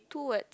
two words